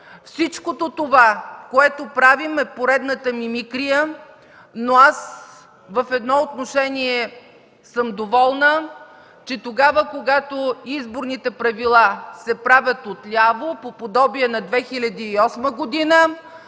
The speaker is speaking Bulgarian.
Всичко това, което правим, е поредната мимикрия. Но аз в едно отношение съм доволна – когато изборните правила се правят отляво, по подобие на 2008 г.,